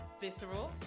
visceral